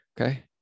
okay